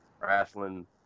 Wrestling